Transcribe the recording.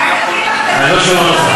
העסקים הקטנים, אני לא שומע אותך.